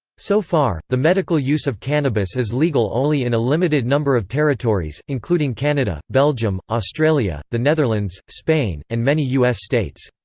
so far, the medical use of cannabis is legal only in a limited number of territories, including canada, belgium, australia, the netherlands, spain, and many u s. states.